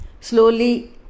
Slowly